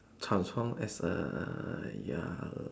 transform as a ya